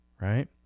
right